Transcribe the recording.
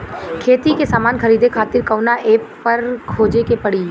खेती के समान खरीदे खातिर कवना ऐपपर खोजे के पड़ी?